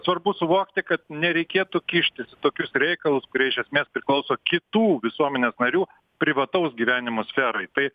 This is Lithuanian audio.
svarbu suvokti kad nereikėtų kištis į tokius reikalus kurie iš esmės priklauso kitų visuomenės narių privataus gyvenimo sferai tai